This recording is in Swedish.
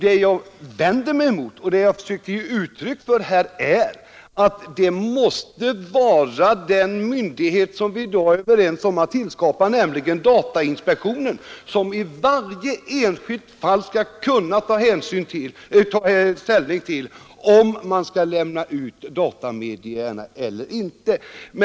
Det jag försökt ge uttryck för här är att det måste vara den myndighet som vi i dag är överens om att skapa, nämligen datainspektionen, som i varje enskilt fall skall kunna ta ställning till om man skall lämna ut datamedierna eller inte.